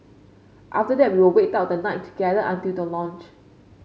after that we'll wait out the night together until the launch